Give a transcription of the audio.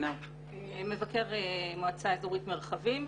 מבקר מועצה אזורית מרחבים.